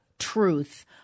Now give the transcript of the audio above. truth